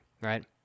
right